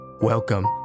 Welcome